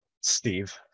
Steve